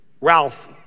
Ralph